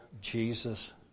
Jesus